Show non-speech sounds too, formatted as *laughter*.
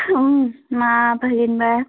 মা *unintelligible* বা